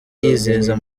yizeza